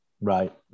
Right